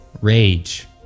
rage